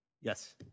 Yes